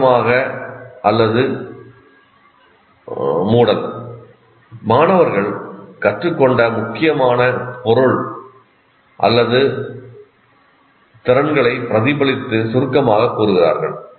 சுருக்கமாக அல்லது மூடல் மாணவர்கள் கற்றுக்கொண்ட முக்கியமான பொருள் அல்லது திறன்களைப் பிரதிபலித்து சுருக்கமாகக் கூறுகிறார்கள்